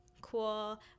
Cool